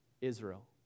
Israel